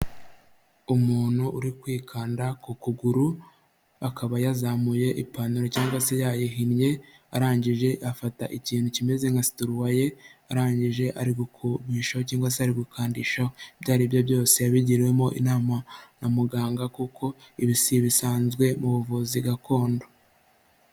Umuntu uri kwikanda ku kuguru, akaba yazamuye ipantaro cyangwa se yayihinnye, arangije afata ikintu kimeze nka sitiriwaye, arangije ari gukumisha cyangwa se gukandishaho, ibyo aribyo byose yabigiriwemo inama na muganga kuko ibi si bisanzwe mu buvuzi gakondo.